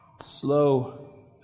slow